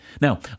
Now